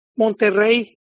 Monterrey